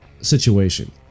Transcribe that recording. situation